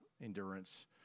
endurance